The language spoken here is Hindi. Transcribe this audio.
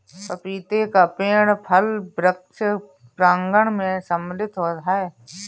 पपीते का पेड़ फल वृक्ष प्रांगण मैं सम्मिलित है